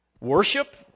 Worship